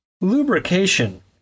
lubrication